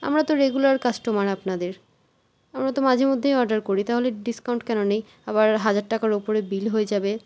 আমরা তো regular customer আপনাদের আমরা তো মাঝে মধ্যেই অর্ডার করি তাহলে ডিসকাউন্ট কেন নেই আবার হাজার টাকার ওপরে বিল হয়ে যাবে